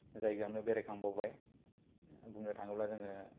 जायगायावनो बेरायखांबावबाय बुंनो थाङोब्ला जोङो